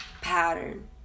pattern